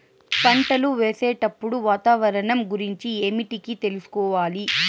పంటలు వేసేటప్పుడు వాతావరణం గురించి ఏమిటికి తెలుసుకోవాలి?